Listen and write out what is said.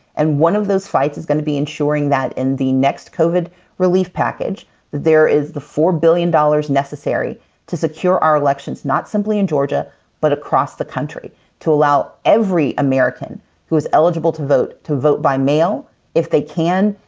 and one of those fights is gonna be ensuring that in the next covid relief package there is the four billion dollars necessary to secure our elections not simply in georgia but across the country to allow every american who is eligible to vote to vote by mail if they can,